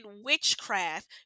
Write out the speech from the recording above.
witchcraft